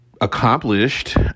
accomplished